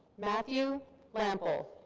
matthew lampl.